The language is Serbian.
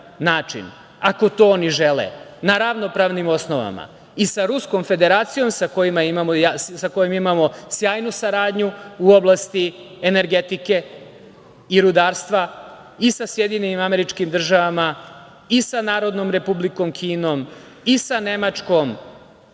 ako to oni žele, na ravnopravnim osnovama i sa Ruskom Federacijom sa kojom imamo sjajnu saradnju u oblasti energetike i rudarstva, i sa SAD, i sa Narodnom Republikom Kinom, i sa Nemačkom,